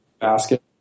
basket